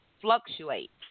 fluctuates